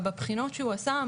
בבחינות שהוא עשה,